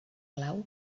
clau